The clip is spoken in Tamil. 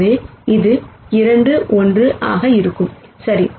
எனவே இது 2 1 ஆக இருக்கும் சரி